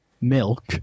Milk